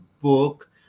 book